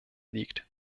liegt